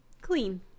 clean